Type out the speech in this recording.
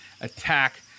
attack